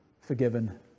forgiven